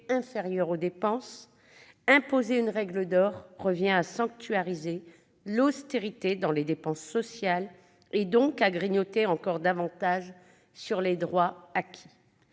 inférieurs aux dépenses, imposer une règle d'or reviendrait à sanctuariser l'austérité dans les dépenses sociales et donc à grignoter encore davantage sur les droits acquis.